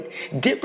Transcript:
different